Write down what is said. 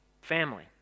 family